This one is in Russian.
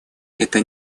это